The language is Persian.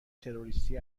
تروریستی